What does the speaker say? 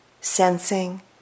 sensing